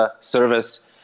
service